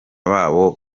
babo